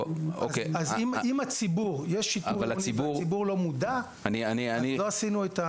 אז אם יש שיטור עירוני והציבור לא מודע אז לא עשינו.